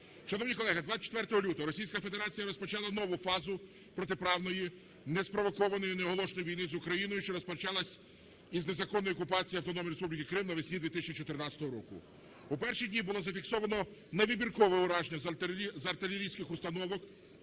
Шановні колеги, 24 лютого Російська Федерація розпочала нову фазу протиправної, неспровокованої, неоголошеної війни з Україною, що розпочалась із незаконної окупації Автономної Республіки Крим навесні 2014 року. У перші дні було зафіксовано невибіркове ураження з артилерійських установок